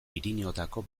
pirinioetako